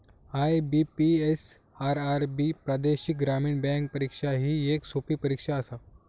IBPS, RRB प्रादेशिक ग्रामीण bank परीक्षा ही येक सोपी परीक्षा आसा